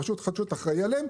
ברשות חדשנות אחראי עליהם,